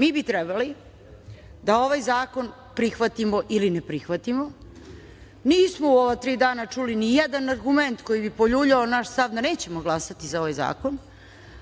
Mi bi trebali da ovaj zakon prihvatimo ili ne prihvatimo. Nismo u ova tri dana čuli nijedan argument koji bi poljuljao naš stav da nećemo glasati za ovaj zakon,